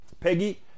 Peggy